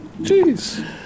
jeez